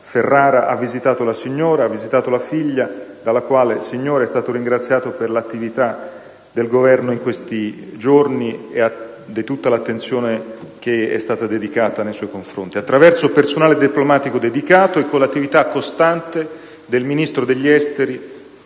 Ferrara, ha visitato la signora e la figlia, dalla quale signora è stato ringraziato per l'attività del Governo in questi giorni e per tutta l'attenzione che è stata dedicata nei suoi confronti, attraverso personale diplomatico dedicato e con l'attività costante del ministero degli affari